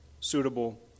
suitable